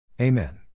Amen